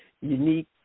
unique